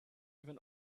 even